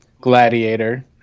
Gladiator